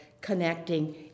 connecting